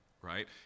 right